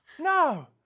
no